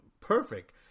perfect